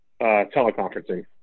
teleconferencing